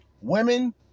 women